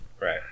Right